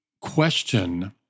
question